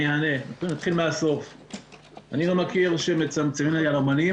אני לא מכיר שמצמצמים ליהלומנים.